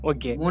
Okay